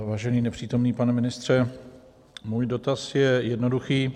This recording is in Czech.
Vážený nepřítomný pane ministře, můj dotaz je jednoduchý.